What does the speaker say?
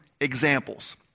examples